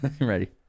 ready